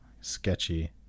sketchy